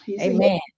Amen